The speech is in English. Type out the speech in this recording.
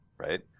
right